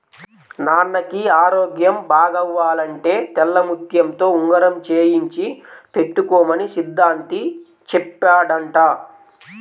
నాన్నకి ఆరోగ్యం బాగవ్వాలంటే తెల్లముత్యంతో ఉంగరం చేయించి పెట్టుకోమని సిద్ధాంతి చెప్పాడంట